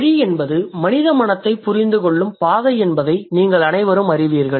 மொழி என்பது மனித மனத்தைப் புரிந்துகொள்ளும் பாதை என்பதை நீங்கள் அனைவரும் அறிவீர்கள்